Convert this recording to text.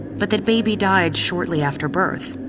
but that baby died shortly after birth.